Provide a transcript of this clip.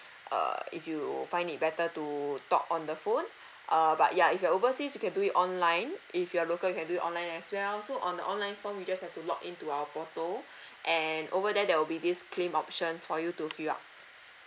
uh if you find it better to talk on the phone uh but ya if you're overseas you can do it online if you are local you can do it online as well so on the online form you just have login to our portal and over there there will be this claim options for you to fill up